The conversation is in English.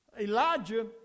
Elijah